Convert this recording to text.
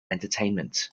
entertainment